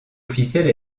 officielle